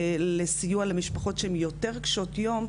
לסיוע למשפחות שהן יותר קשות יום,